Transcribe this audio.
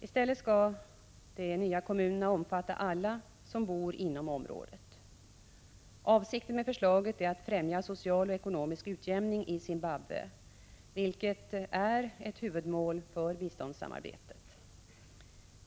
I stället skall de nya kommunerna omfatta alla människor som bor inom området. Avsikten med förslaget är att främja social och ekonomisk utjämning i Zimbabwe, vilket är ett huvudmål för biståndssamarbetet.